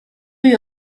you